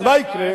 אז מה יקרה?